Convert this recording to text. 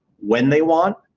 when they want,